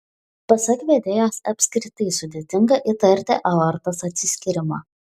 pasak vedėjos apskritai sudėtinga įtarti aortos atsiskyrimą